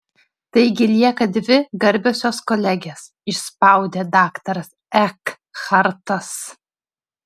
taigi lieka dvi garbiosios kolegės išspaudė daktaras ekhartas